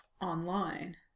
online